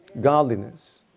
Godliness